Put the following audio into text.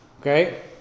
okay